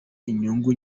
inyungu